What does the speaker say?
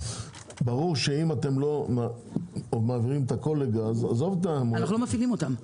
ברור שאם אתם לא מעבירים את הכול לגז --- אנחנו לא מפעילים אותן.